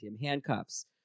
handcuffs